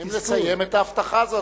צריכים לסיים את ההבטחה הזאת.